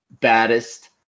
baddest